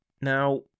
Now